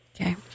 Okay